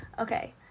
okay